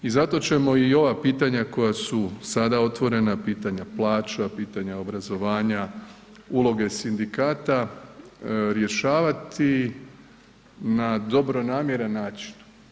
I zato ćemo i ova pitanja koja su sada otvorena, pitanja plaća, pitanja obrazovanja, uloge sindikata rješavati na dobronamjeran način.